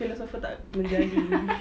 philosopher tak menjadi